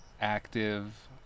active